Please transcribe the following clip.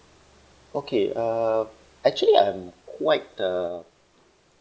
okay uh actually I'm quite a